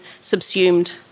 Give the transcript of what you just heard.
subsumed